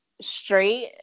straight